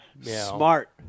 Smart